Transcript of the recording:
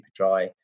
Superdry